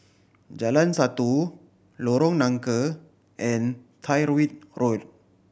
Jalan Satu Lorong Nangka and Tyrwhitt Road